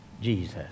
Jesus